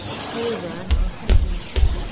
cobra, nice and easy.